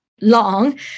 long